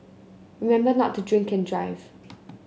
remember not to drink and drive